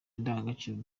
indangagaciro